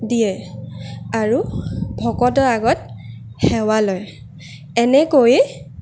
দিয়ে আৰু ভকতৰ আগত সেৱা লয় এনেকৈয়ে